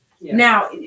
now